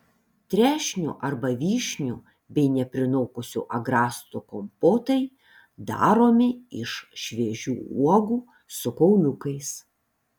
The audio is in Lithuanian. trešnių arba vyšnių bei neprinokusių agrastų kompotai daromi iš šviežių uogų su kauliukais